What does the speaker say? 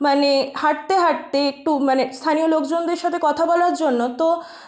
মানে হাঁটতে হাঁটতে একটু মানে স্থানীয় লোকজনদের সাথে কথা বলার জন্য তো